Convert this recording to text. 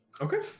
Okay